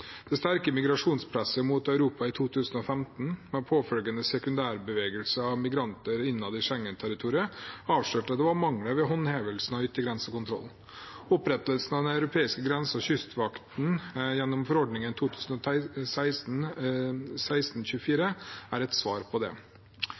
Det sterke migrasjonspresset mot Europa i 2015, med en påfølgende sekundærbevegelse av migranter innad i Schengen-territoriet, avslørte at det var mangler ved håndhevingen av yttergrensekontrollen. Opprettelsen av den europeiske grense- og kystvakten gjennom